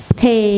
thì